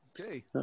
Okay